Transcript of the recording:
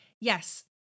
yes